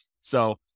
So-